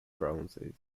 bronzes